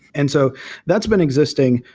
and so that's been existing,